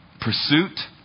Pursuit